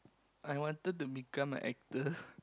I wanted to become a actor